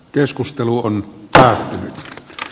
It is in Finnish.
keskustelu on kääntynyt